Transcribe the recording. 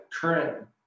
current